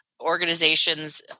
organizations